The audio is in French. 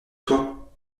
toi